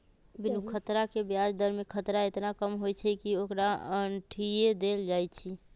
बिनु खतरा के ब्याज दर में खतरा एतना कम होइ छइ कि ओकरा अंठिय देल जाइ छइ